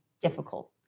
difficult